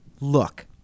Look